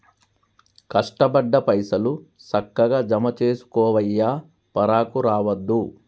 కష్టపడ్డ పైసలు, సక్కగ జమజేసుకోవయ్యా, పరాకు రావద్దు